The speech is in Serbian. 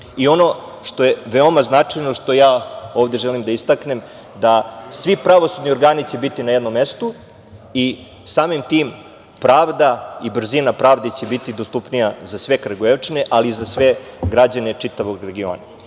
u Kragujevcu. Ono što želim da istaknem da svi pravosudni organi, biće na jednom mestu i samim tim pravda i brzina pravde će biti dostupnija za sve kragujevčane, ali i za sve građane čitavog regiona. Na